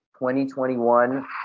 2021